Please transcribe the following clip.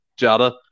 Jada